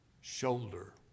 Shoulder